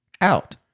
out